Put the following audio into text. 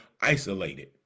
isolated